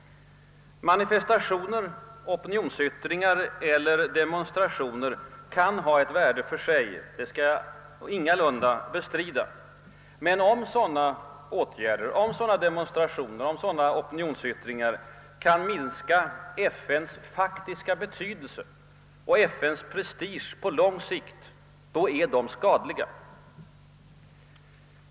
Manifestationer, opinionsyttringar eller demonstrationer kan ha ett värde i och för sig — det skall inte bestridas — men om de kan minska FN:s faktiska betydelse och dess prestige på lång sikt, är de skadliga.